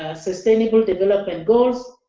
ah sustainable development goals,